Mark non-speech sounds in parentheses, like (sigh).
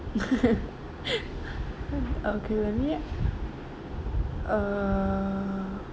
(laughs) okay for me uh